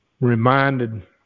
Reminded